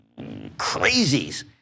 crazies